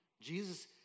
Jesus